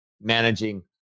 managing